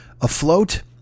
afloat